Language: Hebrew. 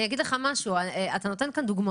חייבים לדעת שבמקרים האלה הרבה פעמים התוקף מבוגר